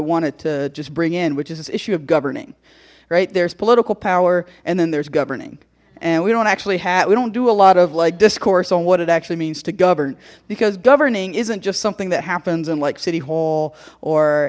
wanted to just bring in which is this issue of governing right there's political power and then there's governing and we don't actually have we don't do a lot of like discourse on what it actually means to govern because governing isn't just something that happens in like city hall or